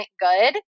good